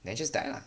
then just die lah